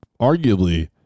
arguably